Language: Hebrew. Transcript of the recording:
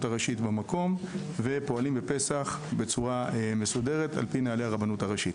הראשית במקום ופועלים בפסח בצורה מסודרת על פי נוהלי הרבנות הראשית,